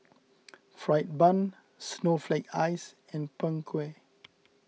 Fried Bun Snowflake Ice and Png Kueh